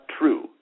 true